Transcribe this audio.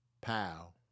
pow